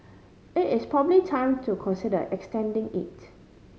it is probably time to consider extending it